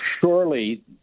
surely